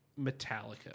Metallica